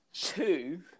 two